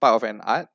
part of an art